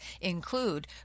include